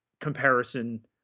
comparison